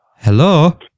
Hello